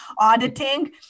auditing